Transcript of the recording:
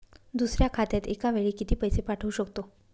दुसऱ्या खात्यात एका वेळी किती पैसे पाठवू शकतो?